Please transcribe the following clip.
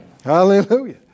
Hallelujah